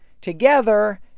together